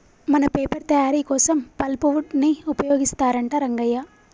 మన పేపర్ తయారీ కోసం పల్ప్ వుడ్ ని ఉపయోగిస్తారంట రంగయ్య